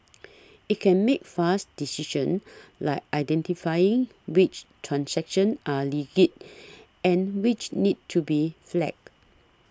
it can make fast decisions like identifying which transactions are legit and which need to be flagged